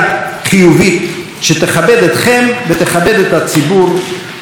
שתכבד אתכם ותכבד את הציבור שבוחר בכם.